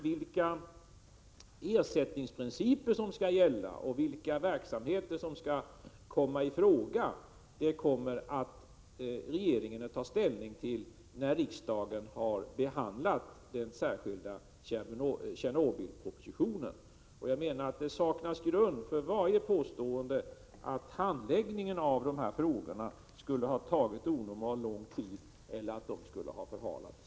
Vilka ersättningsprinciper som skall gälla och vilka verksamheter som skall komma i fråga kommer regeringen att ta ställning till när riksdagen har behandlat den särskilda Tjernobylpropositionen. Jag menar att det saknas grund för varje påstående att handläggningen av de här frågorna skulle ha tagit onormalt lång tid eller förhalats.